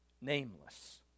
nameless